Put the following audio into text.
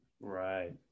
Right